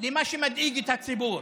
למה שמדאיג את הציבור.